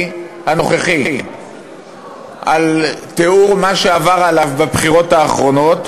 הנוכחי בתיאור מה שעבר עליו בבחירות האחרונות,